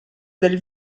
del